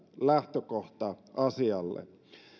lähtökohta asialle